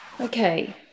Okay